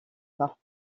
pas